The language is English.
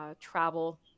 travel